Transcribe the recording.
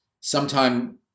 sometime